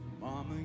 Mama